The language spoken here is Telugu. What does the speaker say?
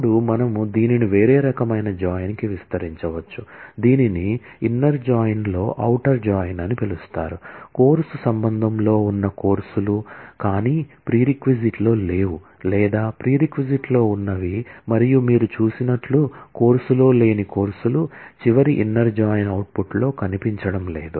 ఇప్పుడు మనము దీనిని వేరే రకమైన జాయిన్ కి విస్తరించవచ్చు దీనిని ఇన్నర్ జాయిన్ అవుట్పుట్లో కనిపించడం లేదు